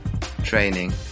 training